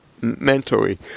Mentally